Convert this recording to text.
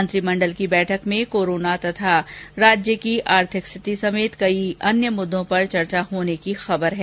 मंत्रिमंडल की बैठक में कोरोना तथा राज्य की आर्थिक स्थिति समेत कई अन्य मुद्दों पर चर्चा होने की खबर है